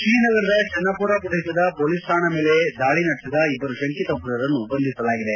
ಶ್ರೀನಗರದ ಚನ್ನಪೋರ ಪ್ರದೇಶದ ಪೊಲೀಸ್ ಕಾಣಾ ಮೇಲೆ ದಾಳಿ ನಡೆಸಿದ ಇಬ್ಬರು ಶಂಕಿತ ಉಗ್ರರನ್ನು ಬಂಧಿಸಲಾಗಿದೆ